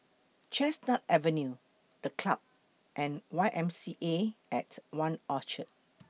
Chestnut Avenue The Club and Y M C A At one Orchard